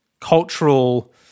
cultural